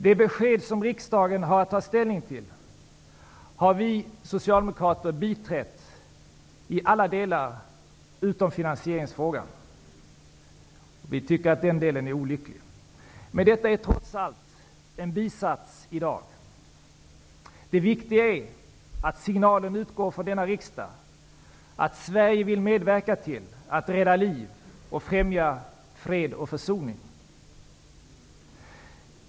Det besked som riksdagen har att ta ställning till har vi socialdemokrater biträtt i alla delar utom när det gäller den del som rör finansieringsfrågan. Vi anser att den delen är olycklig. Men detta är trots allt en bisats i dag. Det viktiga är att signalen från denna riksdag är att Sverige vill medverka till att rädda liv och att främja fred och försoning.